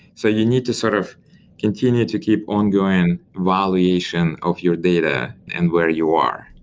so you need to sort of continue to keep ongoing validation of your data and where you are.